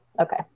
Okay